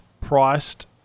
priced